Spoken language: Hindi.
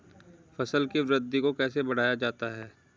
फसल की वृद्धि को कैसे बढ़ाया जाता हैं?